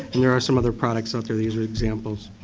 and there are some other products out there. these are examples.